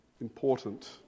important